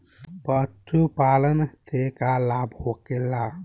पशुपालन से का लाभ होखेला?